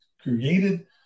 created